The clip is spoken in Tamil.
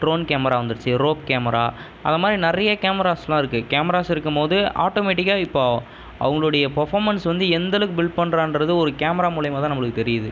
ட்ரோன் கேமரா வந்துருச்சு ரோப் கேமரா அதை மாதிரி நிறையா கேமராஸ்லாம் இருக்குது கேமராஸ் இருக்கும் போது ஆட்டோமேட்டிக்காக இப்போது அவங்களுடைய பர்ஃபார்மன்ஸ் வந்து எந்தளவுக்கு பில்ட் பண்ணுறான்றது ஒரு கேமரா மூலியமாக தான் நம்மளுக்கு தெரியுது